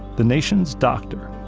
the nation's doctor,